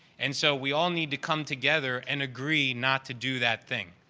and so we all need to come together and agree not to do that thing.